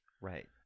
right